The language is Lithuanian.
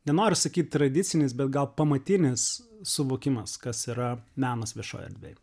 nenoriu sakyt tradicinis bet gal pamatinis suvokimas kas yra menas viešoj erdvėj